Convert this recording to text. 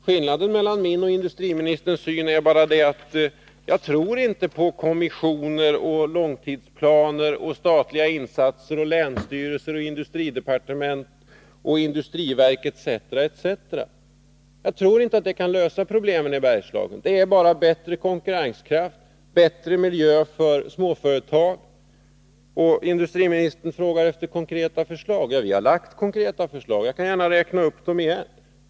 Skillnaden mellan min och industriministerns syn är bara att jag inte tror på kommissioner, långtidsplaner, statliga insatser, länsstyrelser, industridepartement och industriverk etc. Jag tror inte att detta kan lösa problemen i Bergslagen. Det behövs bättre konkurrenskraft och bättre miljö för småföretag. Industriministern frågar efter konkreta förslag. Vi har lagt fram konkreta förslag, och jag kan gärna räkna upp dem igen.